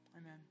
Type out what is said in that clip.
Amen